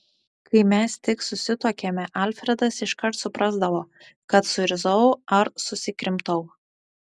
kai mes tik susituokėme alfredas iškart suprasdavo kad suirzau ar susikrimtau